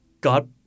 God